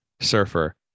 surfer